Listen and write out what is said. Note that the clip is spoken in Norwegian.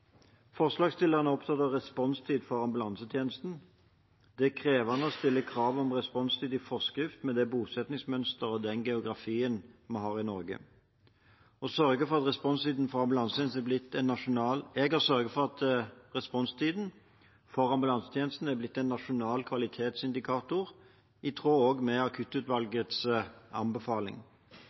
Forslagsstillerne er opptatt av responstid for ambulansetjenesten. Det er krevende å stille krav om responstid i forskrift med det bosettingsmønsteret og den geografien vi har i Norge. Jeg har sørget for at responstiden for ambulansetjenesten er blitt en nasjonal kvalitetsindikator, i tråd med akuttutvalgets anbefaling. Jeg er enig i at det er nødvendig med en gjennomgang av responstidene, og Helsedirektoratet er i gang med